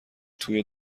توی